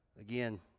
again